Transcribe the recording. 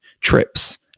trips